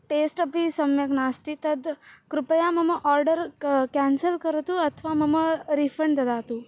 test अपि सम्यक् नास्ति तद् कृपया मम आर्डर् क क्यान्सल् करोतु अथवा मम रीफ़ण्ड् ददातु